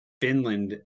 Finland